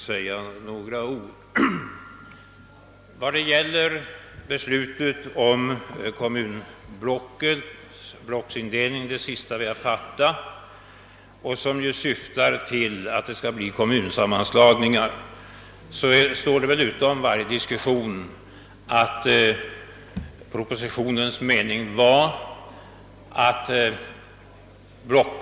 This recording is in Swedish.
Herr talman! Jag hör inte till dem som brukar begära ordet i oträngt mål. Jag hade inte heller tänkt tala från denna plats i dag, men efter att ha åhört diskussionen vill jag ändå säga några ord.